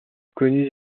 connues